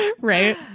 Right